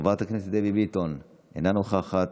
חברת הכנסת קארין אלהרר, אינה נוכחת,